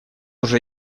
уже